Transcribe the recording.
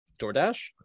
DoorDash